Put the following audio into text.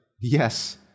Yes